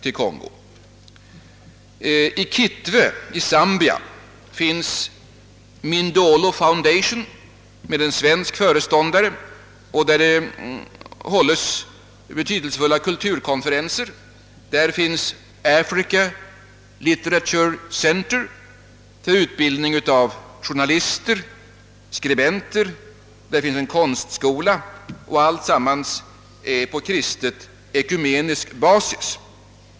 I Kitwe i Zambia finns Mindolo Foundation med en svensk föreståndare — det hålles där betydelsefulla kulturkonferenser — Africa Literature Centre för utbildning av journalister och skribenter samt vidare en konstskola. Alltsammans detta vilar på kristen ekumenisk basis.